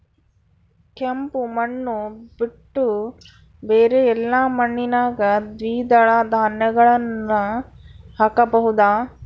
ಕೆಂಪು ಮಣ್ಣು ಬಿಟ್ಟು ಬೇರೆ ಎಲ್ಲಾ ಮಣ್ಣಿನಾಗ ದ್ವಿದಳ ಧಾನ್ಯಗಳನ್ನ ಹಾಕಬಹುದಾ?